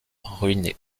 ruiné